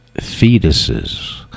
fetuses